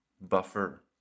buffer